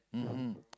mmhmm